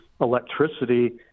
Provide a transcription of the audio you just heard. electricity